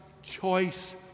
choice